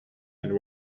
and